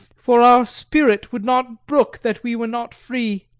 for our spirit would not brook that we were not free.